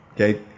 Okay